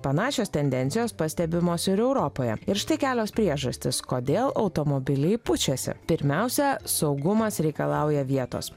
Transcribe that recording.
panašios tendencijos pastebimos ir europoje ir štai kelios priežastys kodėl automobiliai pučiasi pirmiausia saugumas reikalauja vietos